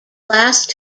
last